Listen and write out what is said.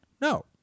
No